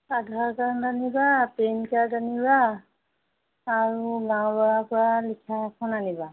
আধাৰকাৰ্ড আনিবা পেনকাৰ্ড আনিবা আৰু গাওঁবুঢ়া পৰা লিখা এখ ন আনিবা